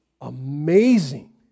amazing